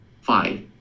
Five